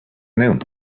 noon